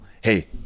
Hey